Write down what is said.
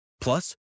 Plus